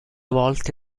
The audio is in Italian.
volte